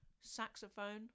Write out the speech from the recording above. saxophone